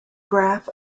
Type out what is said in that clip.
graph